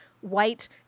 white